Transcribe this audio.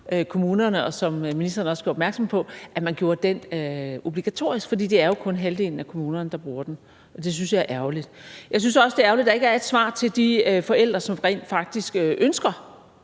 kommunerne, og som ministeren også gjorde opmærksom på, obligatorisk, for det er jo kun halvdelen af kommunerne, der bruger den, og det synes jeg er ærgerligt. Jeg synes også, det er ærgerligt, at der ikke er et svar til de forældre, som rent faktisk drømmer